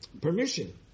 permission